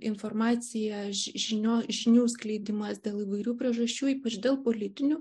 informacija ži žinios žinių skleidimas dėl įvairių priežasčių ypač dėl politinių